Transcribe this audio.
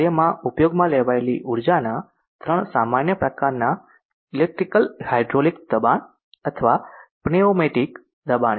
કાર્યમાં ઉપયોગમાં લેવાયેલી ઊર્જાનાં 3 સામાન્ય પ્રકારનાં ઇલેક્ટ્રિકલ હાઇડ્રોલિક દબાણ અથવા પ્નેઓમેટીક દબાણ છે